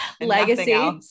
Legacy